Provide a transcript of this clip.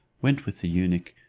went with the eunuch,